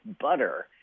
butter